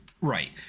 Right